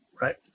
right